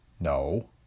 No